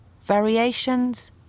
variations